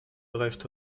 erreicht